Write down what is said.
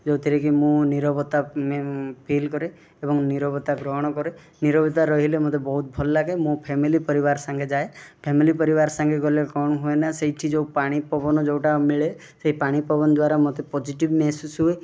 ଯେଉଁଥିରେ ମୁଁ ନୀରବତା ଫିଲ୍ କରେ ଏବଂ ନୀରବତା ଗ୍ରହଣ କରେ ନୀରବତା ରହିଲେ ମୋତେ ବହୁତ ଭଲ ଲାଗେ ମୋ ଫ୍ୟାମିଲି ପରିବାର ସାଙ୍ଗେ ଯାଏ ଫ୍ୟାମିଲି ପରିବାର ସାଙ୍ଗେ ଗଲେ କ'ଣ ହୁଏ ନା ସେଇଠି ଯେଉଁ ପାଣି ପବନ ଯେଉଁଟା ମିଳେ ସେହି ପାଣି ପବନ ଦ୍ୱାରା ମୋତେ ପଯେଟିଭ୍ ମେହ୍ସୁସ୍ ହୁଏ